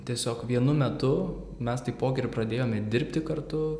tiesiog vienu metu mes taipogi ir pradėjome dirbti kartu